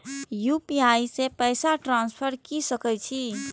UPI से पैसा transfer की सके छी?